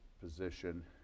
position